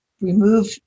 remove